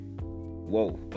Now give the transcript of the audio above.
whoa